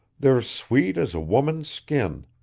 they're sweet as a woman's skin.